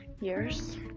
years